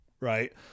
right